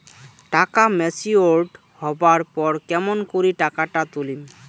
টাকা ম্যাচিওরড হবার পর কেমন করি টাকাটা তুলিম?